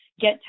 get